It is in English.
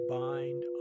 bind